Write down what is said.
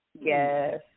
Yes